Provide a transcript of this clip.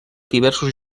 diversos